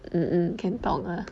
mm mm can talk lah